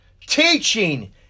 teaching